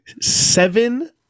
seven